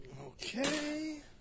Okay